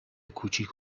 کوچیک